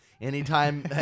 anytime